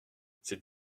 cette